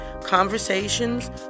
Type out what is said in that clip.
conversations